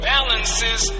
Balances